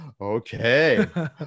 okay